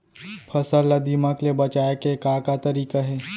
फसल ला दीमक ले बचाये के का का तरीका हे?